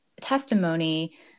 testimony